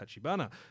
Tachibana